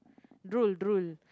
drool drool